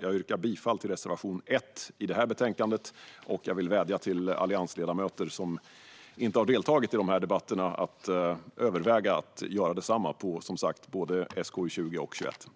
Jag yrkar bifall till reservation 1 i det här betänkandet. Jag vill också vädja till de alliansledamöter som inte har deltagit i debatterna att överväga att göra detsamma när det gäller både SkU 20 och 21.